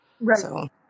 Right